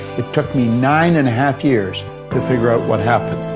it took me nine and a half years to figure out what happened.